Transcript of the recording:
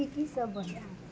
की की सब बतायब